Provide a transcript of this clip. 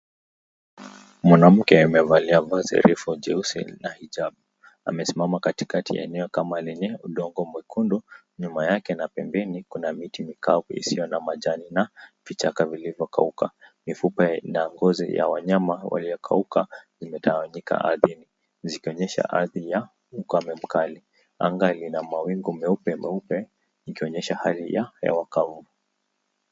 Mwanamke amevaa vazi refu jeupe na hijabu. Amesimama katikati ya eneo kama lenye udongo mwekundu. Nyuma yake na pembeni kuna miti mikavu isiyo na majani na vichaka vilivyokauka. Mifupa na ngozi ya wanyama waliokauka zimetawanyika ardhini. Zikionyesha ardhi ya ukame mkali. Anga lina mawingu meupe meupe ikionyesha hali ya hewa kavu.